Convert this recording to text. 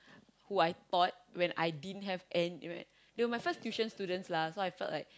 who I taught when I didn't have any they were my first tuition students lah so I felt like